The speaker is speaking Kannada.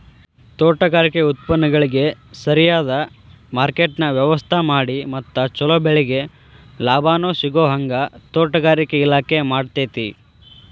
ತೋಟಗಾರಿಕೆ ಉತ್ಪನ್ನಗಳಿಗ ಸರಿಯದ ಮಾರ್ಕೆಟ್ನ ವ್ಯವಸ್ಥಾಮಾಡಿ ಮತ್ತ ಚೊಲೊ ಬೆಳಿಗೆ ಲಾಭಾನೂ ಸಿಗೋಹಂಗ ತೋಟಗಾರಿಕೆ ಇಲಾಖೆ ಮಾಡ್ತೆತಿ